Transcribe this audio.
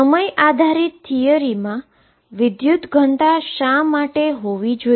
સમય આધારીત થિયરીમાં કરન્ટ ડેન્સીટી શા માટે હોવી જોઈએ